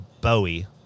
Bowie